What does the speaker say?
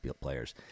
players